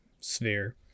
sphere